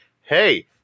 hey